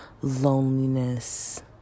loneliness